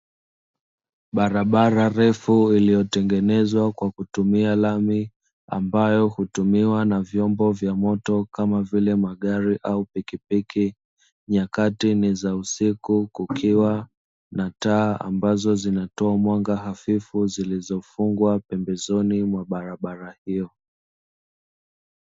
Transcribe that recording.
Barabara refu iliyotengenezwa kwa kutumia lami ambayo hutumiwa na vyombo vya moto kama vile magari au pikipiki, nyakati ni za usiku kukiwa na taa ambazo zinatoa mwanga hafifu zilizofungwa pembezoni mwa barabara hiyo.